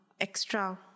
extra